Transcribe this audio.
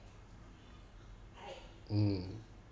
mm